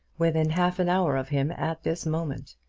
within half an hour of him at this moment,